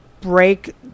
Break